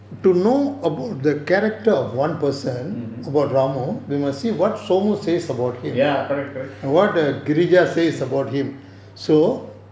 mmhmm ya correct correct